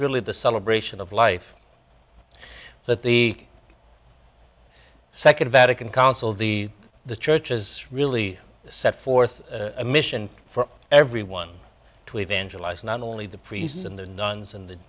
really the celebration of life that the second vatican council the the church is really set forth a mission for everyone to evangelize not only the priests and the nuns in the